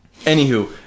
Anywho